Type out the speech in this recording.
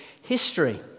history